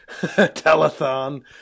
Telethon